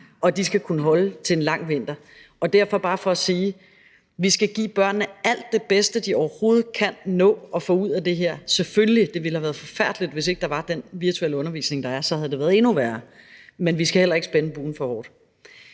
og de skal kunne holde til en lang vinter. Det er bare for at sige, at vi selvfølgelig skal give børnene alt det bedste, de overhovedet kan nå at få ud af det her – det ville have været forfærdeligt, og det ville have været endnu værre, hvis ikke der var den virtuelle undervisning, der er – men vi skal heller ikke spænde buen for hårdt.